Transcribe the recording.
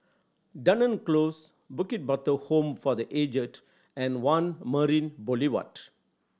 Dunearn Close Bukit Batok Home for The Aged and One Marina Boulevard